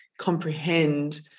comprehend